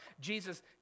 Jesus